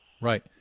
Right